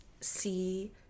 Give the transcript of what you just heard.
see